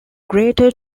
greater